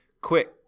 quick